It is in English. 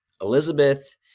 Elizabeth